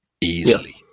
easily